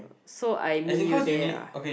so I meet you there ah